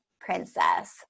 princess